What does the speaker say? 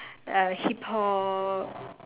uh Hip hop